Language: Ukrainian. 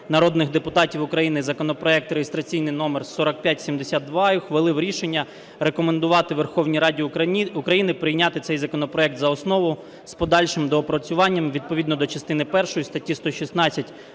народних депутатів України законопроект (реєстраційний номер 4572) і ухвалив рішення рекомендувати Верховній Раді України прийняти цей законопроект за основу, з подальшим доопрацюванням відповідно до частини першої статті 116